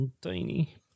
Tiny